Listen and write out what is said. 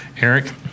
Eric